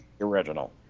original